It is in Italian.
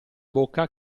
bocca